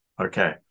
Okay